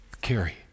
Carrie